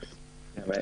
לכולם,